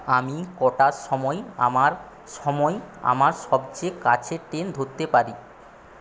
আমি কটার সময় আমার সময় আমার সবচেয়ে কাছের ট্রেন ধরতে পারি